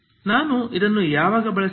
ನಾನು ಇದನ್ನು ಯಾವಾಗ ಬಳಸಿದೆ